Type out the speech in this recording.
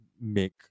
make